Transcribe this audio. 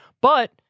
But-